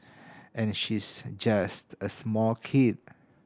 and she's just a small kid